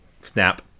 Snap